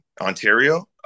Ontario